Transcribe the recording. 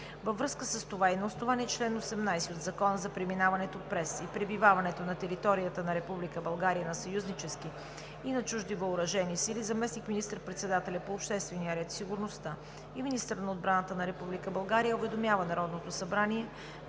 Във връзка с това и на основание чл. 18 от Закона за преминаването през и пребиваването на територията на Република България на съюзнически и на чужди въоръжени сили заместник министър-председателят по обществения ред и сигурността и министър на отбраната на Република България уведомява Народното събрание,